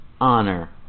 honor